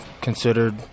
considered